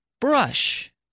Brush